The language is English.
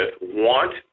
want